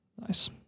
Nice